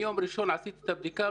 ביום ראשון עשיתי את הבדיקה,